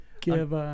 give